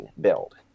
build